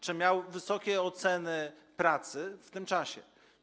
Czy miał wysokie oceny pracy w tym czasie?